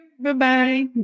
Bye-bye